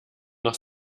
noch